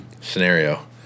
scenario